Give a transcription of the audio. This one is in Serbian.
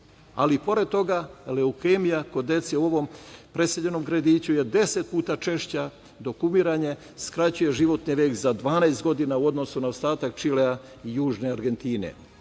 Ali i pored toga leukemija kod dece i u ovom preseljenom gradiću je 10 puta češća, dok umiranje skraćuje životni vek za 12 godina u odnosu na ostatak Čilea i južne Argentine.